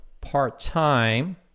part-time